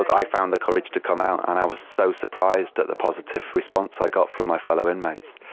like i found the courage to come out, and i was so surprised at the positive response i got from my fellow inmates.